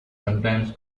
sometimes